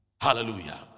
Hallelujah